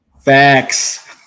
Facts